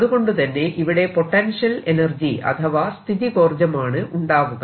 അതുകൊണ്ടുതന്നെ ഇവിടെ potential energy അഥവാ സ്ഥിതികോർജ്ജമാണ് ഉണ്ടാവുക